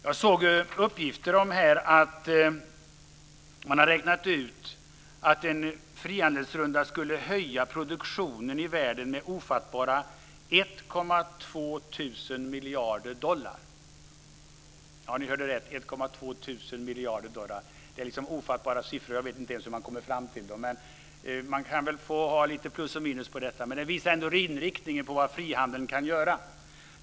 Jag såg här uppgifter om att man har räknat ut att en frihandelsrunda skulle höja produktionen i världen med ofattbara 1 200 miljarder dollar. Ja, ni hörde rätt: 1 200 miljarder dollar. Det är ofattbara siffror. Jag vet inte hur man kommer fram till dem, och man får väl ha lite plus och minus på detta. Men det visar ändå inriktningen på vad frihandeln kan göra.